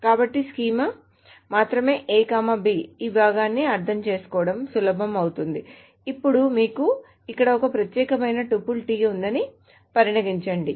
కాబట్టి స్కీమా మాత్రమే A B ఆ భాగాన్ని అర్థం చేసుకోవడం సులభం అవుతుంది ఇప్పుడు మీకు ఇక్కడ ఒక ప్రత్యేకమైన టుపుల్ t ఉందని పరిగణించండి